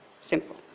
Simple